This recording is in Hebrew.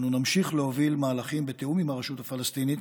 אנו נמשיך להוביל מהלכים בתיאום עם הרשות הפלסטינית,